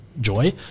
joy